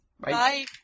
Bye